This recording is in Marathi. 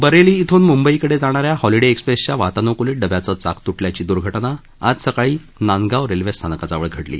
बरेली इथून म्ंबईकडे जाणाऱ्या हॉलिडे एक्स्प्रेसच्या वातान्क्लित डब्याचं चाक त्टल्याची दर्घटना आज सकाळी नांदगांव रेल्वे स्थानकाजवळ घडली